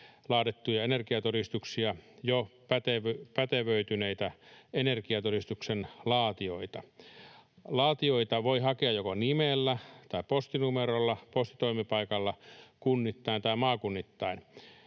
laadittuja energiatodistuksia ja pätevöityneitä energiatodistuksen laatijoita. Laatijoita voi hakea joko nimellä tai postinumerolla, postitoimipaikalla, kunnittain tai maakunnittain.